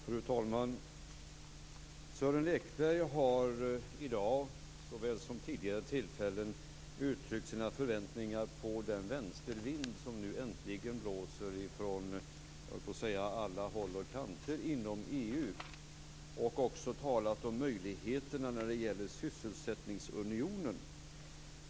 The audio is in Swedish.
Fru talman! Sören Lekberg har i dag såväl som vid tidigare tillfällen uttryckt sina förväntningar på den vänstervind som nu äntligen blåser från alla håll och kanter inom EU. Han har också talat om möjligheterna när det gäller sysselsättningsunionen.